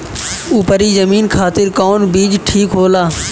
उपरी जमीन खातिर कौन बीज ठीक होला?